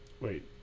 Wait